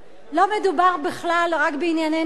לא מדובר בכלל רק בענייני ניגוח,